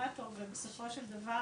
הדפיברילטור ובסופו של דבר